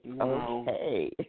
okay